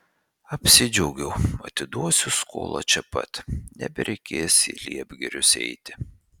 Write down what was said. apsidžiaugiau atiduosiu skolą čia pat nebereikės į liepgirius eiti